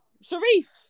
Sharif